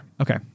okay